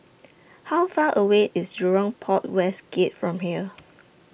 How Far away IS Jurong Port West Gate from here